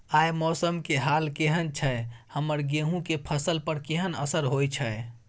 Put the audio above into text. आय मौसम के हाल केहन छै हमर गेहूं के फसल पर केहन असर होय छै?